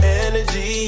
energy